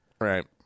right